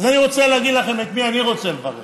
אז אני רוצה להגיד לכם את מי אני רוצה לברך.